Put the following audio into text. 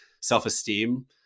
self-esteem